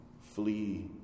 Flee